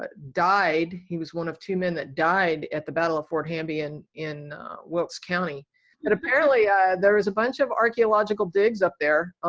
ah died he was one of two men that died at the battle of fort ham bein in wilkes county and apparently there was a bunch of archaeological digs up there.